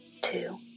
Two